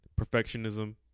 perfectionism